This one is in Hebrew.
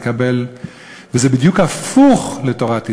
וזה בדיוק הפוך לתורת ישראל.